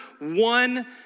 one